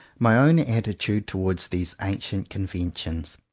my own attitude towards these ancient conventions,